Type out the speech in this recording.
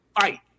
fight